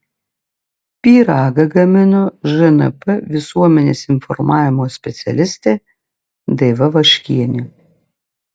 pyragą gamino žnp visuomenės informavimo specialistė daiva vaškienė